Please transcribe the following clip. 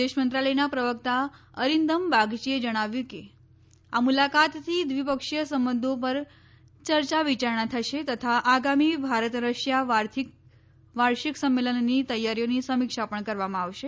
વિદેશ મંત્રાલયના પ્રવક્તા અરિંદમ બાગચીએ જણાવ્યું કે આ મુલાકાતથી દ્વિપક્ષીય સંબંધો પર યર્ચા વિયારણા થશે તથા આગામી ભારત રશિયા વાર્ષિક સંમેલનની તૈયારીઓની સમીક્ષા પણ કરવામાં આવશે